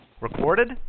Recorded